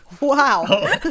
Wow